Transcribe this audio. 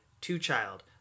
two-child